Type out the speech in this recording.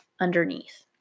underneath